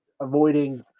avoiding